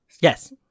Yes